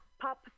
pop